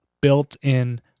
built-in